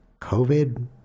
covid